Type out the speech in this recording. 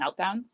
meltdowns